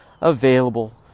available